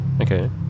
Okay